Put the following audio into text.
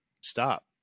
stop